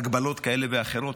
הגבלות כאלה ואחרות,